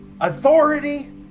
authority